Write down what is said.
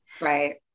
right